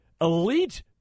elite